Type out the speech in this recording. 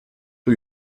who